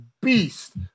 beast